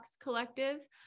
Collective